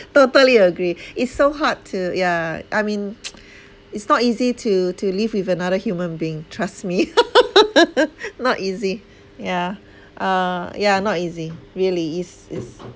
totally agree it's so hard to yeah I mean it's not easy to to live with another human being trust me not easy yeah uh yeah not easy really it's it's